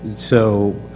so